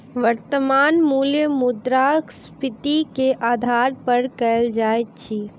वर्त्तमान मूल्य मुद्रास्फीति के आधार पर कयल जाइत अछि